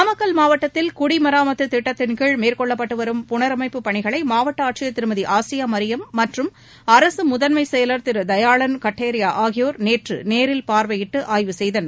நாமக்கல் மாவட்டத்தில் குடிமராமத்து திட்டத்தின் கீழ் மேற்கொள்ளப்பட்டு வரும் புனரமைப்பு பணிகளை மாவட்ட ஆட்சியர் திருமதி ஆசியா மரியம் மற்றும் அரசு முதன்மை செயல் திரு தயாளன் கட்டேரியா ஆகியோர் நேற்று நேரில் பார்வையிட்டு ஆய்வுசெய்தனர்